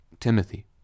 Timothy